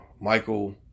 Michael